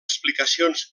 explicacions